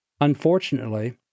Unfortunately